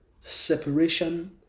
Separation